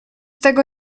tego